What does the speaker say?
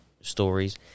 stories